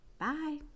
bye